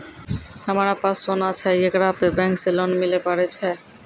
हमारा पास सोना छै येकरा पे बैंक से लोन मिले पारे छै?